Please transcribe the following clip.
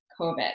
COVID